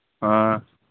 ᱦᱮᱸ